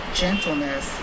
gentleness